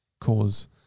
cause